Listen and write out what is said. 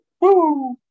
Woo